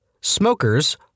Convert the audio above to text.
Smokers